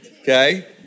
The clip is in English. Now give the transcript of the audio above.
okay